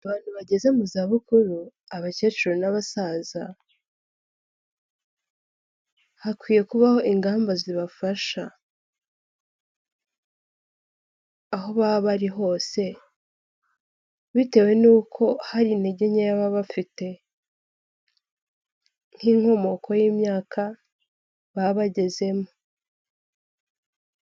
Abantu bageze mu za bukuru abakecuru n'abasaza, hakwiye kubaho ingamba zibafasha. Aho baba bari hose bitewe n'uko hari intege nkeya baba bafite; nk'inkomoko y'imyaka baba bagezemo.